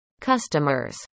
customers